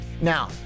Now